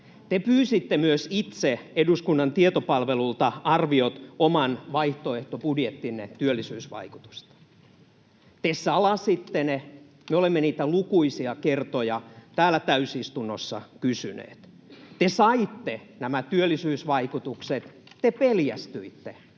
Te pyysitte myös itse eduskunnan tietopalvelulta arviot oman vaihtoehtobudjettinne työllisyysvaikutuksista. Te salasitte ne. Me olemme niitä lukuisia kertoja täällä täysistunnossa kysyneet. Te saitte nämä työllisyysvaikutukset, te peljästyitte,